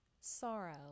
sorrow